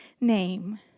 name